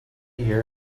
year